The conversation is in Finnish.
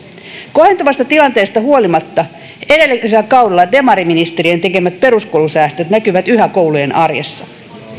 kohentuvasta tilanteesta huolimatta edellisellä kaudella demariministerien tekemät peruskoulusäästöt näkyvät yhä koulujen arjessa